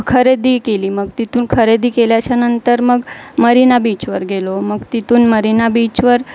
खरेदी केली मग तिथून खरेदी केल्याच्यानंतर मग मरीना बीचवर गेलो मग तिथून मरीना बीचवर